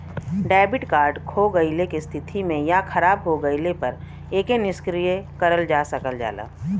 debit card खो गइले क स्थिति में या खराब हो गइले पर एके निष्क्रिय करल जा सकल जाला